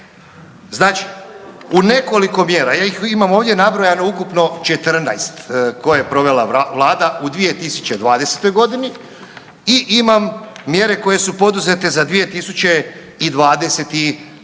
Znači u nekoliko mjera, ja ih imam ovdje nabrojano ukupno 14 koje je provela vlada u 2020.g. i imam mjere koje su poduzete za 2021.g.,